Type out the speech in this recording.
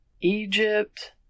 Egypt